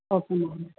okay ma'am